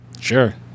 sure